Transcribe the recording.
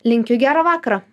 linkiu gero vakaro